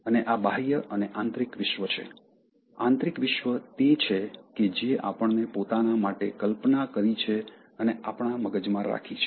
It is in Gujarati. અને આ બાહ્ય અને આંતરિક વિશ્વ છે આંતરિક વિશ્વ તે છે કે જે આપણે પોતાના માટે કલ્પના કરી છે અને આપણા મગજમાં રાખી છે